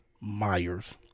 Myers